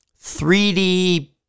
3D